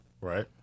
Right